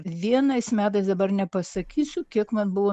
vienais metais dabar nepasakysiu kiek man buvo